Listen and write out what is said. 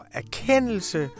erkendelse